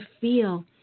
feel